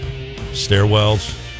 stairwells